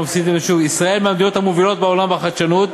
ישראל מהמדינות המובילות בעולם בחדשנות,